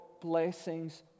blessings